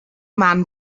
man